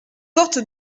porte